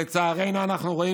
לצערנו אנחנו רואים